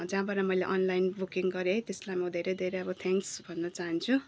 जहाँबाट मैले online booking गरेँ है त्यसलाई म धेरै धेरै अब थ्याङ्कस् भन्न चाहन्छु